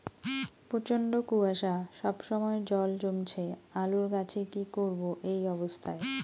প্রচন্ড কুয়াশা সবসময় জল জমছে আলুর গাছে কি করব এই অবস্থায়?